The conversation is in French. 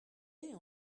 est